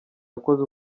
yakoze